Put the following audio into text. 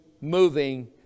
moving